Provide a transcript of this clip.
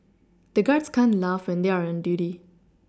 the guards can't laugh when they are on duty